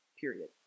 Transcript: Period